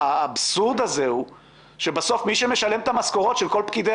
האבסורד הוא שבסוף מי שמשלם את המשכורות של כל פקידי